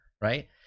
right